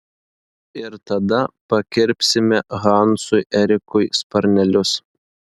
ir tada pakirpsime hansui erikui sparnelius